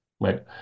Right